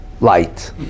light